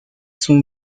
sont